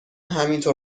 همینطور